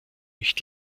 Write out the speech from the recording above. nicht